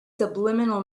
subliminal